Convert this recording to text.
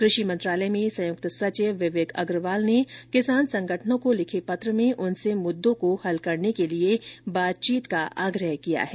कृषि मंत्रालय में संयुक्त सचिव विवेक अग्रवाल ने किसान संगठनों को लिखे पत्र में उनसे मुद्दों को हल करने के लिए बातचीत का आग्रह किया है